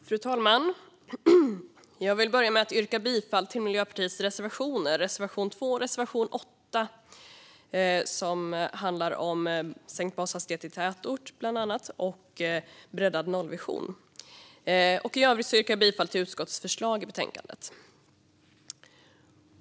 Fru talman! Jag vill börja med att yrka bifall till Miljöpartiets reservationer 2 och 8, som bland annat handlar om sänkt bashastighet i tätort och breddad nollvision. I övrigt yrkar jag bifall till utskottets förslag i betänkandet.